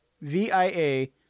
V-I-A